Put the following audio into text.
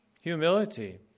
Humility